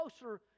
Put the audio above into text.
closer